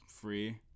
free